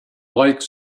like